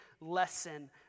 lesson